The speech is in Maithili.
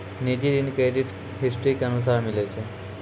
निजी ऋण क्रेडिट हिस्ट्री के अनुसार मिलै छै